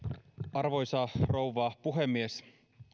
arvoisa rouva puhemies